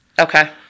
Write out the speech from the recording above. Okay